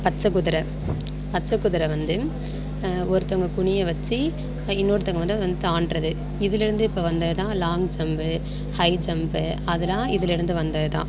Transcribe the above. பச்சைக் குதிர பச்சைக் குதிர வந்து ஒருத்தவங்கள் குனிய வச்சு இன்னொருத்தவங்க வந்து அதை வந்து தாண்டுகிறது இதுலேருந்து இப்போ வந்தது தான் லாங் ஜம்பு ஹை ஜம்ப்பு அதெலாம் இதுலேருந்து வந்தது தான்